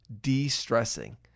de-stressing